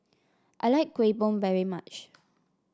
I like Kueh Bom very much